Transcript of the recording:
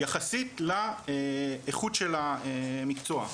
יחסית לאיכות של המקצוע,